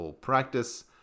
Practice